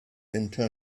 until